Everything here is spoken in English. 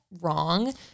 wrong